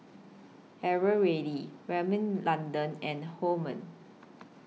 Eveready Rimmel London and Hormel